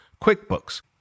QuickBooks